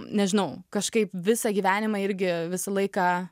nežinau kažkaip visą gyvenimą irgi visą laiką